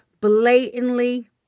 blatantly